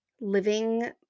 living